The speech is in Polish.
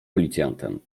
policjantem